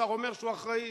כששר אומר שהוא אחראי,